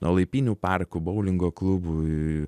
nuo laipynių parkų boulingo klubų į